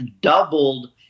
doubled